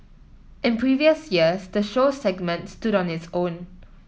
in previous years the show segment stood on its own